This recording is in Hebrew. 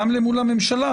גם מול הממשלה,